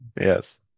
Yes